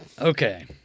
Okay